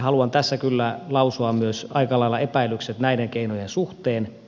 haluan tässä kyllä lausua myös aikalailla epäilykset näiden keinojen suhteen